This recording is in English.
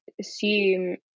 assume